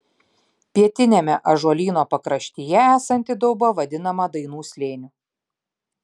pietiniame ąžuolyno pakraštyje esanti dauba vadinama dainų slėniu